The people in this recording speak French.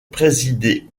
présidé